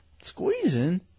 Squeezing